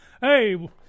Hey